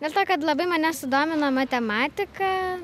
dėl to kad labai mane sudomino matematika